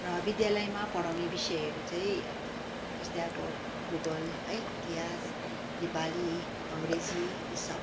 र विद्यालयमा पढाउने विषयहरू चाहिँ अब जस्तै अब भूगोल है इतिहास नेपाली अङग्रेजी यी सब